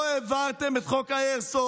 לא העברתם את חוק האיירסופט.